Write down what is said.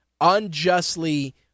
unjustly